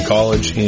College